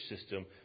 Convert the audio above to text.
system